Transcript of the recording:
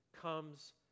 comes